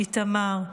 איתמר,